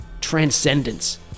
transcendence